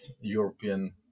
european